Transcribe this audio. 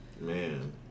Man